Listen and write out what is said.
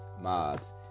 mobs